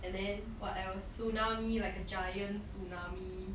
and then what else tsunami like a giant tsunami